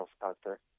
doctor